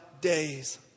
days